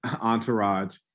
entourage